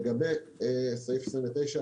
לגבי סעיף 29,